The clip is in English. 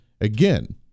again